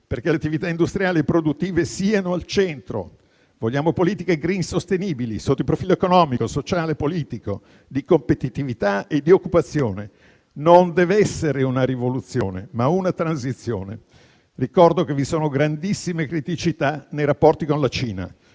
perché le attività industriali e produttive siano al centro. Vogliamo politiche *green* sostenibili sotto il profilo economico, sociale e politico, di competitività e di occupazione. Deve essere non una rivoluzione, ma una transizione. Ricordo che vi sono grandissime criticità nei rapporti con la Cina.